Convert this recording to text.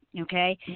okay